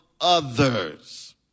others